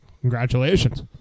congratulations